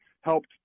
helped